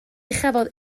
chafodd